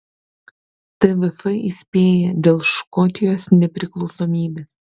tvf įspėja dėl škotijos nepriklausomybės